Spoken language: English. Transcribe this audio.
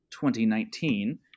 2019